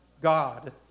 God